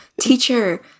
teacher